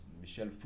Michel